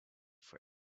for